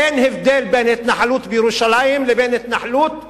אין הבדל בין התנחלות בירושלים לבין התנחלות אחרת,